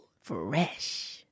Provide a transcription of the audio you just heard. Fresh